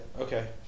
Okay